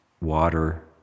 water